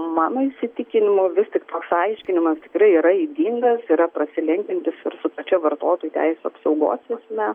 mano įsitikinimu vis tik toks aiškinimas tikrai yra ydingas yra prasilenkiantis ir su pačia vartotojų teisių apsaugos esme